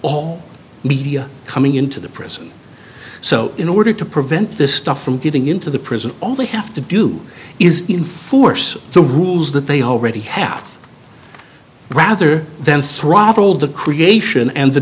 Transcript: all media coming into the prison so in order to prevent this stuff from getting into the prison all they have to do is enforce the rules that they already half rather than throttled the creation and the